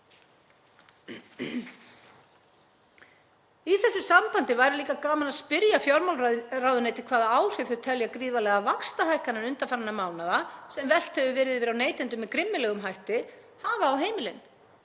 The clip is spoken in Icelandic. Í þessu sambandi væri líka gaman að spyrja fjármálaráðuneytið hvaða áhrif þau telja gríðarlegar vaxtahækkanir undanfarinna mánaða, sem velt hefur verið yfir á neytendur með grimmilegum hætti, hafi á heimilin,